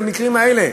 זה המקרים האלה.